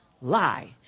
lie